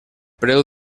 preu